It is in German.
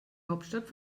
hauptstadt